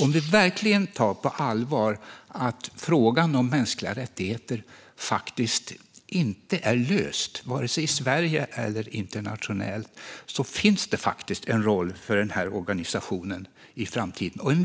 Om vi verkligen tar på allvar att frågan om mänskliga rättigheter faktiskt inte är löst vare sig i Sverige eller internationellt finns det faktiskt en roll för den här organisationen i framtiden - en